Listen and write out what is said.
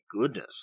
goodness